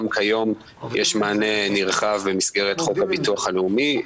גם היום יש מענה נרחב במסגרת חוק הביטוח הלאומי,